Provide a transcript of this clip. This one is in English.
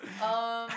um